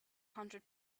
hundred